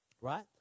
right